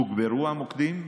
תוגברו המוקדים,